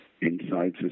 inside